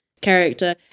character